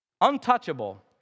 Untouchable